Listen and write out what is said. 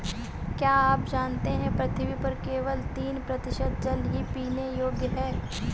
क्या आप जानते है पृथ्वी पर केवल तीन प्रतिशत जल ही पीने योग्य है?